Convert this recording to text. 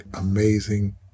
amazing